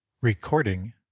recording